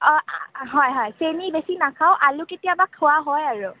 অঁ হয় হয় চেনি বেছি নাখাওঁ আলু কেতিয়াবা খোৱা হয় বাৰু